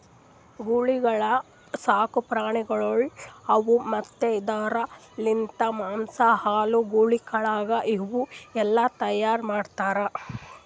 ಗೂಳಿಗೊಳ್ ಸಾಕು ಪ್ರಾಣಿಗೊಳ್ ಅವಾ ಮತ್ತ್ ಇದುರ್ ಲಿಂತ್ ಮಾಂಸ, ಹಾಲು, ಗೂಳಿ ಕಾಳಗ ಇವು ಎಲ್ಲಾ ತೈಯಾರ್ ಮಾಡ್ತಾರ್